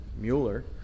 Mueller